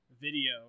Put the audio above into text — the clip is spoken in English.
video